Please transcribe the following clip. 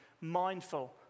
mindful